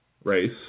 Race